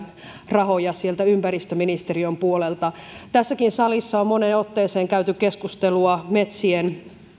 rahoja ympäristöministeriön puolelta tässäkin salissa on moneen otteeseen käyty keskustelua metsien